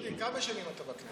דודי, כמה שנים אתה בכנסת?